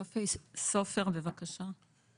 אריאל סופר, בבקשה.